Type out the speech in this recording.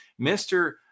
Mr